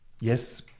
Yes